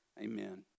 amen